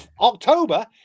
october